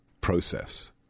process